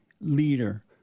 leader